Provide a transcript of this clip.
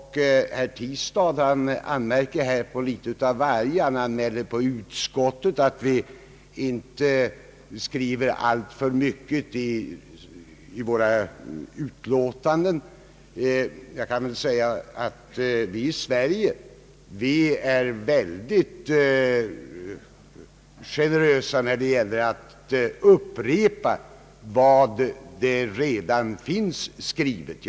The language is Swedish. Herr Tistad anmärkte på litet av varje, bl.a. på att vi i utskottet inte skriver särskilt mycket i våra utlåtanden. I Sverige är vi mycket generösa när det gäller att upprepa vad som redan finns skrivet.